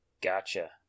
Gotcha